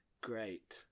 Great